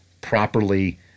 properly